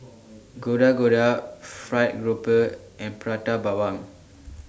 Gado Gado Fried Grouper and Prata Bawang